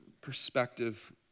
Perspective